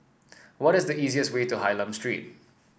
what is the easiest way to Hylam Street